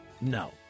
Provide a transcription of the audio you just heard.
no